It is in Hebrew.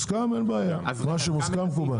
מוסכם אין בעיה, מה שמוסכם מקובל.